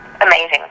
amazing